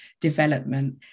development